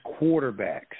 quarterbacks